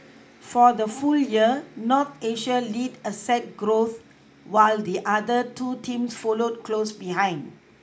for the full year North Asia led asset growth while the other two teams followed close behind